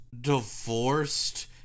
divorced